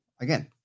again